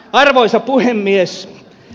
arvoisa puhemies